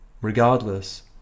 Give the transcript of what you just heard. regardless